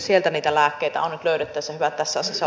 sieltä niitä lääkkeitä on nyt löydettävissä